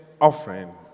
offering